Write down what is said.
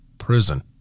prison